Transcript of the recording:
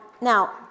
Now